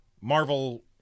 Marvel